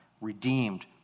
Redeemed